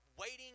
waiting